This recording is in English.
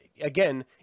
again